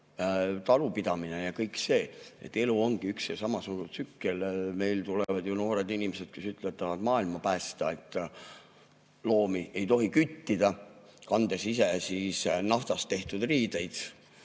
Talupidamine ja kõik see, et elu ongi üks ja sama suur tsükkel. Meil tulevad ju noored inimesed, kes ütlevad, et nad tahavad maailma päästa, loomi ei tohi küttida, kandes ise naftast tehtud riideid